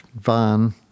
van